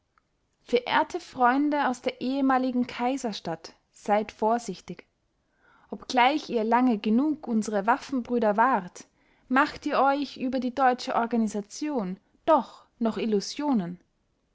verehrte freunde aus der ehemaligen kaiserstadt seid vorsichtig obgleich ihr lange genug unsere waffenbrüder wart macht ihr euch über die deutsche organisation doch noch illusionen